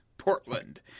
portland